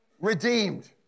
redeemed